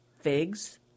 figs